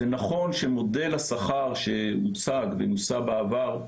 זה נכון שמודל השכר שהוצג ונוסה בעבר,